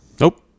nope